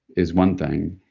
is one thing.